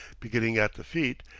beginning at the feet,